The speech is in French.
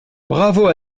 bravo